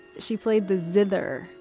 she played the zither.